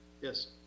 Yes